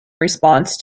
response